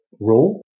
role